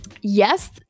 yes